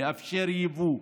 לאפשר יבוא,